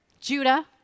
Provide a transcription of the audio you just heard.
Judah